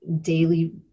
daily